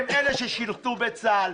הם אלה ששירתו בצה"ל,